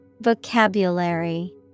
Vocabulary